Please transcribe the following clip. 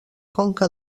conca